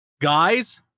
guys